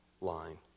line